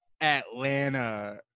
atlanta